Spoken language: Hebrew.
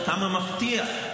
כמה מפתיע,